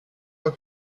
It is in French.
fois